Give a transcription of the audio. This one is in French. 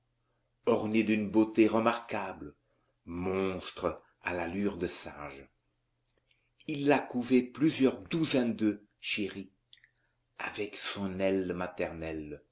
ornés d'une beauté remarquable monstres à allure de sage il a couvé plusieurs douzaines d'oeufs chéris avec son aile maternelle